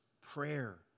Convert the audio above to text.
prayer